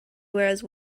whereas